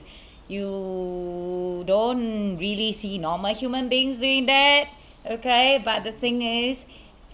you don't really see normal human beings doing that okay but the thing is